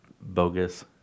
bogus